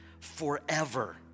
forever